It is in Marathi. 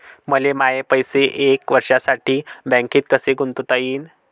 मले माये पैसे एक वर्षासाठी बँकेत कसे गुंतवता येईन?